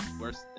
worse